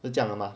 是这样的吗